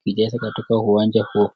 kuicheza katika uwanja huo.